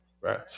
Right